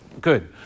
Good